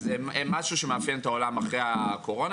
זה משהו שמאפיין את העולם אחרי הקורונה,